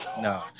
no